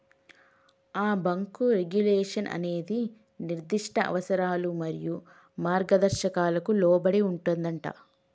ఆ bank regulation అనేది నిర్దిష్ట అవసరాలు మరియు మార్గదర్శకాలకు లోబడి ఉంటుందంటా